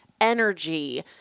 energy